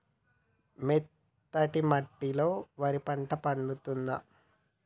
మెత్తటి మట్టిలో వరి పంట పండుద్దా?